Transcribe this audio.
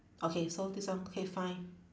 okay so this one okay fine